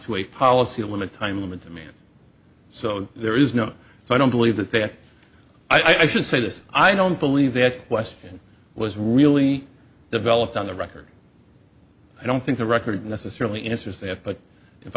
to a policy of limit time limit to me so there is no i don't believe that that i should say this i don't believe that question was really developed on the record i don't think the record necessarily answers that but if